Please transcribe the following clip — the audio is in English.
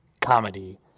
comedy